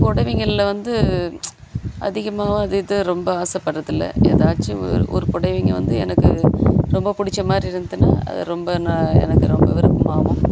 பொடவைங்களில் வந்து அதிகமாக அது இது ரொம்ப ஆசைப்பட்றது இல்லைஎதாச்சும் ஒரு ஒரு பொடவைங்க வந்து எனக்கு ரொம்ப பிடிச்ச மாதிரி இருந்ததுனா அதை ரொம்ப நான் எனக்கு ரொம்ப